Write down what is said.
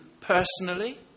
personally